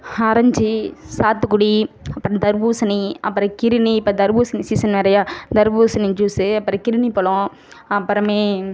orange சாத்துக்குடி அப்புறம் தர்பூசணி அப்புறம் கிர்ணி இப்போ தர்பூசணி சீசன் வேறயா தர்பூசணி ஜூஸ்சு அப்புறம் கிர்ணி பழம் அப்புறமே